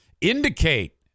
indicate